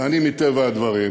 ואני מטבע הדברים